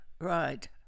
Right